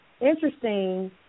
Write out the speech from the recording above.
interesting